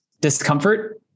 discomfort